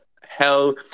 hell